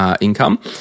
income